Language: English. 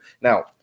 Now